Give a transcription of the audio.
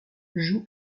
joue